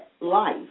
life